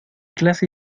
clase